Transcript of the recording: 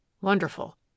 wonderful